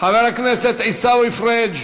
חבר הכנסת עיסאווי פריג'.